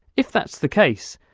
if that's the case,